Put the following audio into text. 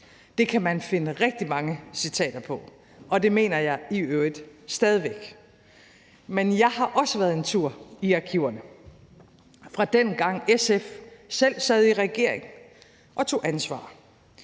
Det kan man finde rigtig mange citater om, og det mener jeg i øvrigt stadig væk. Men jeg har også været en tur i arkiverne, fra dengang SF selv sad i regering og tog ansvar,